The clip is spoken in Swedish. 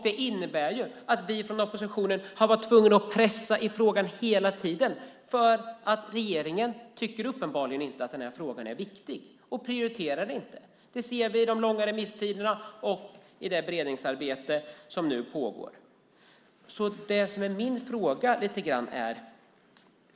Det innebär att vi i oppositionen hela tiden har varit tvungna att pressa framåt i frågan eftersom regeringen uppenbarligen inte tycker att frågan är viktig och inte prioriterar den. Det ser vi i de långa remisstiderna och i det beredningsarbete som nu pågår.